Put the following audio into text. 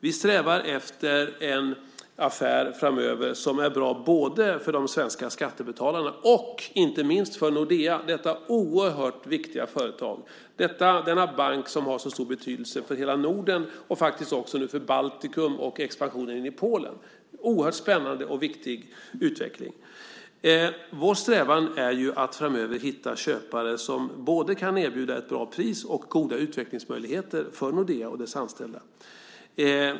Vi strävar efter en affär framöver som är bra både för de svenska skattebetalarna och inte minst för Nordea, detta oerhört viktiga företag, denna bank som har så stor betydelse för hela Norden och faktiskt också nu för Baltikum och som expanderar in i Polen. Det är en oerhört spännande och viktig utveckling. Vår strävan är att framöver hitta köpare som kan erbjuda både ett bra pris och goda utvecklingsmöjligheter för Nordea och dess anställda.